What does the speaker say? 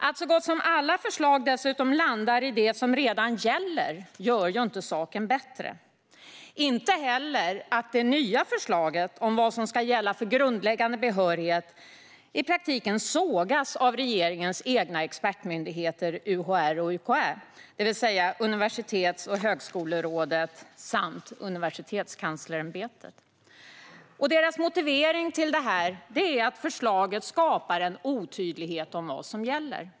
Att så gott som alla förslag landar i det som redan gäller gör inte saken bättre. Inte heller blir det bättre av att det enda nya förslaget om vad som ska gälla för grundläggande behörighet i praktiken sågas av regeringens egna expertmyndigheter UHR och UKÄ, det vill säga Universitets och högskolerådet samt Universitetskanslersämbetet, med motiveringen att förslaget skapar en otydlighet om vad som gäller.